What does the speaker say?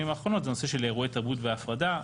האחרונות זה הנושא של אירועי תרבות והפרדה.